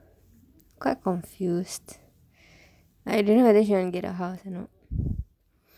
quite confused I don't know whether she wanna get a house or not